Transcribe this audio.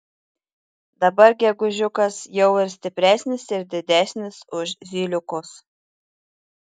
dabar gegužiukas jau ir stipresnis ir didesnis už zyliukus